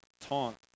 taunt